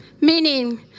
meaning